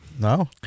No